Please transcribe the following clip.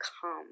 come